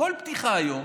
כל פתיחה היום